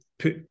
put